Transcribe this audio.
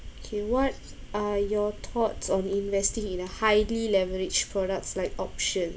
kay what are your thoughts on investing in a highly leveraged products like options